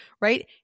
right